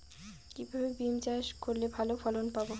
কিভাবে বিম চাষ করলে ভালো ফলন পাব?